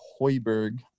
Hoiberg